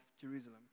Jerusalem